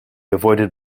avoided